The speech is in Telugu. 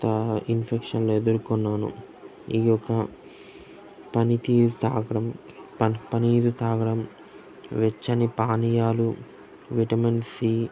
ఇన్ఫెక్షన్లు ఎదుర్కొన్నాను ఈ యొక్క పనితీరు తాగడం పనీరు తాగడం వెచ్చని పానీయాలు విటమిన్ సి